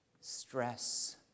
stress